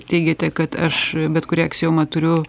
teigiate kad aš bet kurią aksiomą turiu